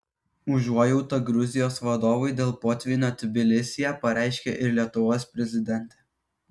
užuojautą gruzijos vadovui dėl potvynio tbilisyje pareiškė ir lietuvos prezidentė